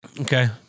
Okay